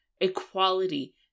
equality